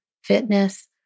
Fitness